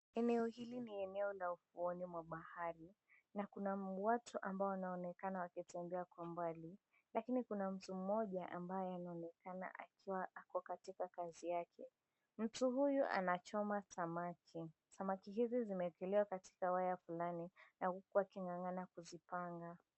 Eneo hili ni eneo la ufuoni mwa bahari, na kuna watu ambao wanaonekana wakitembea kwa mbali, lakini kuna mtu mmoja ambaye anaonekana akiwa ako katika kazi yake. Mtu huyu anachoma samaki, samaki hizi zimeekelewa katika waya fulani na huku aking'ang'ana kuzipanga.